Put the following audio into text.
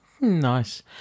Nice